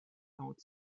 out